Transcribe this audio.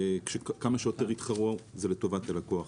וכמה שיותר יתחרו זה לטובת הלקוח,